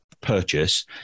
purchase